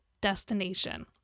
destination